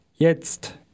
Jetzt